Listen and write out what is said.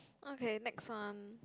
okay next one